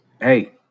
Hey